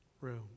room